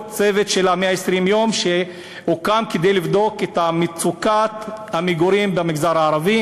"צוות 120 הימים" שהוקם כדי לבדוק את מצוקת המגורים במגזר הערבי.